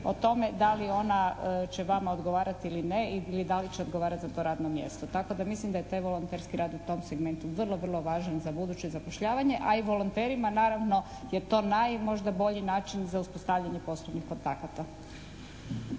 o tome da li ona će vama odgovarati ili ne ili da li će odgovarati za to radno mjesto. Tako da mislim da je taj volonterski rad u tom segmentu vrlo, vrlo važan za buduće zapošljavanje a i volonterima naravno jer je to najbolji možda način za uspostavljanje poslovnih kontakata.